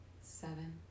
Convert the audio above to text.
seven